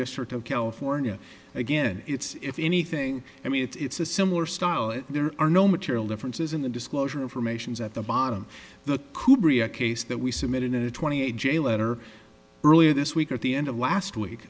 district of california again it's if anything i mean it's a similar style if there are no material differences in the disclosure informations at the bottom the case that we submit in a twenty eight j letter earlier this week or at the end of last week